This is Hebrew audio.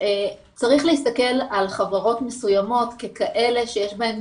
שצריך להסתכל על חברות מסוימות ככאלה שיש בהן